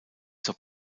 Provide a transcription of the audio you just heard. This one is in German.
zur